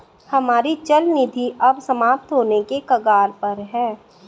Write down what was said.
हमारी चल निधि अब समाप्त होने के कगार पर है